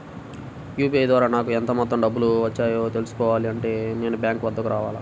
UPI ద్వారా నాకు ఎంత మొత్తం డబ్బులు వచ్చాయో తెలుసుకోవాలి అంటే నేను బ్యాంక్ వద్దకు రావాలా?